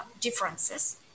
differences